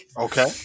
Okay